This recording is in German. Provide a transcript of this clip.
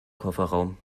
kofferraum